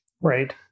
Right